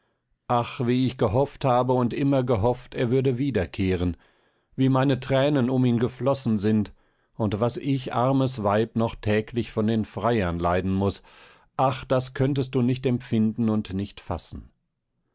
ach wie ich gehofft habe und immer gehofft er würde wiederkehren wie meine thränen um ihn geflossen sind und was ich armes weib noch täglich von den freiern leiden muß ach das könntest du nicht empfinden und nicht fassen